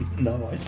No